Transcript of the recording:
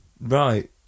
right